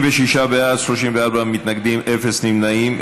56 בעד, 34 מתנגדים, אפס נמנעים.